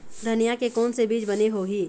धनिया के कोन से बीज बने होही?